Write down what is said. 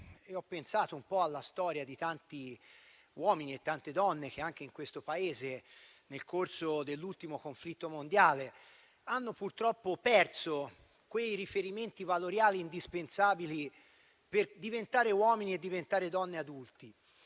ho pensato alla storia di tanti uomini e tante donne che, anche in questo Paese, nel corso dell'ultimo conflitto mondiale, hanno purtroppo perso quei riferimenti valoriali indispensabili per diventare uomini e donne adulti.